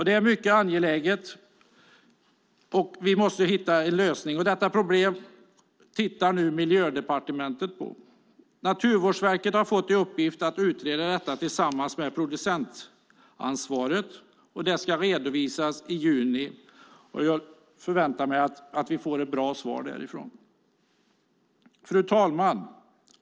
Det är mycket angeläget att hitta en lösning. Detta problem tittar nu Miljödepartementet på. Naturvårdsverket har fått i uppgift att utreda frågan tillsammans med producentansvariga. Resultatet av utredningen ska redovisas i juni. Jag förväntar mig ett bra svar. Fru talman!